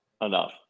enough